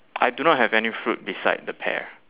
I do not have any fruit beside the pear